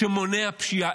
שמונע פשיעה.